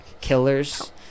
killers